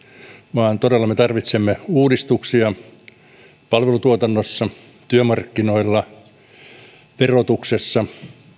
vaan todella me tarvitsemme uudistuksia palvelutuotannossa työmarkkinoilla verotuksessa